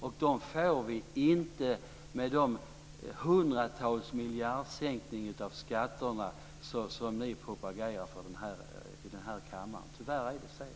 Och det får vi inte genom skattesänkningar på hundratals miljarder som ni propagerar för i denna kammare. Tyvärr är det så.